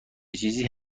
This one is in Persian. چیزی